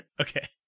okay